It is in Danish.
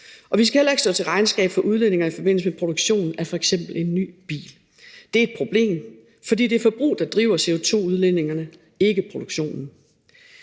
Vi skal heller ikke stå til regnskab for udledninger i forbindelse med produktion af f.eks. en ny bil. Det er et problem, for det er forbruget, der driver CO2-udledningerne, ikke produktionen.